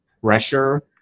pressure